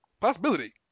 Possibility